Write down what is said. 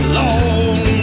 long